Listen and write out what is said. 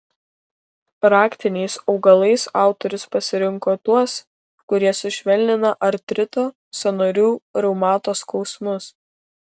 raktiniais augalais autorius pasirinko tuos kurie sušvelnina artrito sąnarių reumato skausmus